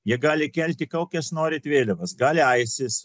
jie gali kelti kokias norit vėliavas gali aisis